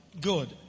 Good